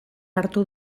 hartu